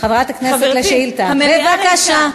חברת הכנסת, לשאילתה, בבקשה.